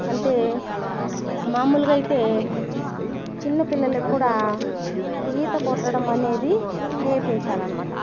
అంటే మామూలుగా అయితే చిన్న పిల్లలుకూ కూడా ఈత కొట్టడం అనేది నేర్పించాలి అనమాట